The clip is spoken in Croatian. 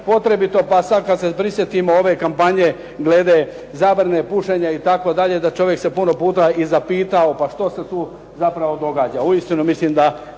potrebito, i sada kada se prisjetimo ove kampanje glede zabrane pušenja itd., da čovjek se puno puta i zapitao pa što se tu događa, uistinu mislim da